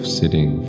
sitting